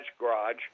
garage